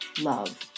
love